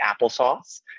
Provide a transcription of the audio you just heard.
applesauce